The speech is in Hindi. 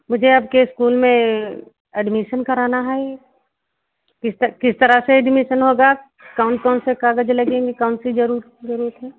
मुझे आपके स्कूल में एडमिसन कराना है किस तर किस तरह से एडमीसन होगा कौन कौन से कागज लगेंगे कौन सी जरू जरूरत है